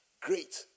great